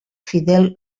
fidel